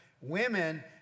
women